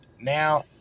Now